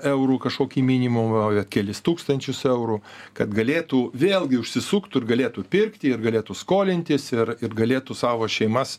eurų kažkokį minimumą bet kelis tūkstančius eurų kad galėtų vėlgi užsisuktų ir galėtų pirkti ir galėtų skolintis ir ir galėtų savo šeimas